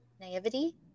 naivety